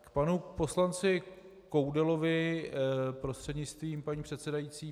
K panu poslanci Koudelovi prostřednictvím paní předsedající.